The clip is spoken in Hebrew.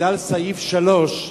בגלל סעיף 3,